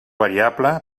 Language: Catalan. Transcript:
variable